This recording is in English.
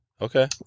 okay